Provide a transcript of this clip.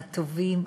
הטובים,